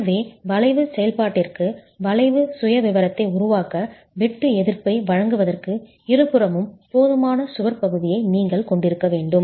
எனவே வளைவு செயல்பாட்டிற்கு வளைவு சுயவிவரத்தை உருவாக்க வெட்டு எதிர்ப்பை வழங்குவதற்கு இருபுறமும் போதுமான சுவர் பகுதியை நீங்கள் கொண்டிருக்க வேண்டும்